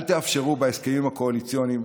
אל תאפשרו בהסכמים הקואליציוניים